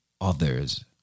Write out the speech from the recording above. others